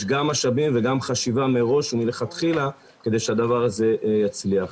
גם משאבים וגם חשיבה מראש ומלכתחילה כדי שהדבר הזה יצליח.